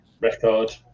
record